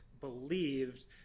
believed